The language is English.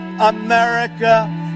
America